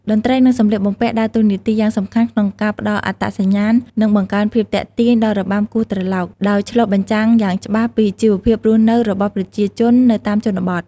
តន្ត្រី និងសម្លៀកបំពាក់ ដើរតួនាទីយ៉ាងសំខាន់ក្នុងការផ្តល់អត្តសញ្ញាណ និងបង្កើនភាពទាក់ទាញដល់របាំគោះត្រឡោក ដោយឆ្លុះបញ្ចាំងយ៉ាងច្បាស់ពីជីវភាពរស់នៅរបស់ប្រជាជននៅតាមជនបទ។